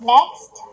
Next